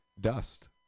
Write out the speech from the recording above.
dust